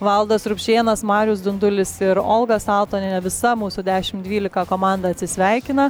valdas rukšėnas marius dundulis ir olga saltonienė visa mūsų dešim dvylika komanda atsisveikina